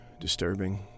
Disturbing